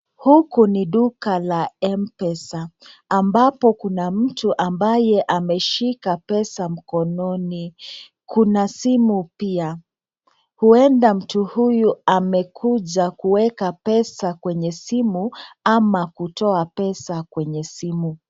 Huku ni duka la M-pesa. Ambapo kuna mtu ambaye ameshika pesa mkononi. Kuna simu pia. Huenda enda mtu huyu amekuja kueka pesa kwenye simu ama kutoa pesa kwenye simu.